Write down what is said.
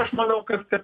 aš manau kad kad